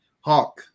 Hawk